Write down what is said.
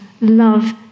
love